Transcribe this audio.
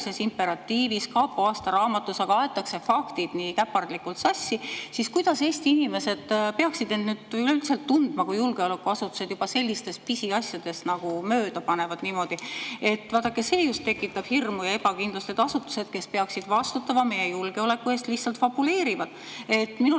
imperatiivis kapo aastaraamatus, aga aetakse faktid nii käpardlikult sassi, siis kuidas Eesti inimesed peaksid end tundma, kui julgeolekuasutused juba sellistes pisiasjades niimoodi mööda panevad? Vaadake, see tekitabki hirmu ja ebakindlust, et asutused, kes peaksid vastutama meie julgeoleku eest, lihtsalt fabuleerivad. Minul